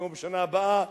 כמו בשנה הבאה,